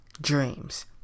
dreams